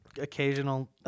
Occasional